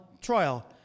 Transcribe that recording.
trial